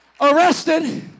arrested